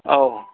औ